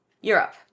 Europe